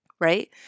right